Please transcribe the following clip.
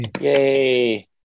Yay